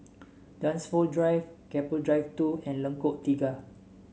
Dunsfold Drive Keppel Drive Two and Lengkok Tiga